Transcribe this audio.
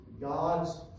God's